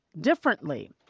differently